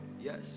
Yes